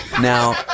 Now